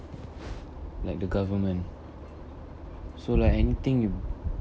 like the government so like anything you